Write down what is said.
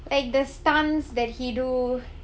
like the stunts that he do